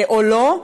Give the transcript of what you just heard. או לא,